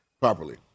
properly